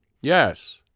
YES